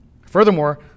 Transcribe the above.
Furthermore